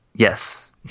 Yes